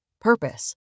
Purpose